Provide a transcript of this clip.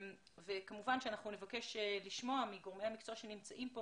כמובן שנבקש לשמוע מגורמי המקצוע שנמצאים כאן